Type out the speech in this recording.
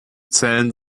zellen